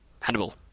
Hannibal